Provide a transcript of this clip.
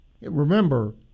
Remember